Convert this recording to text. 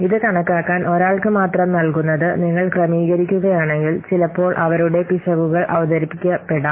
ഇത് കണക്കാക്കാൻ ഒരാൾക്ക് മാത്രം നൽകുന്നത് നിങ്ങൾ ക്രമീകരിക്കുകയാണെങ്കിൽ ചിലപ്പോൾ അവരുടെ പിശകുകൾ അവതരിപ്പിക്കപ്പെടാം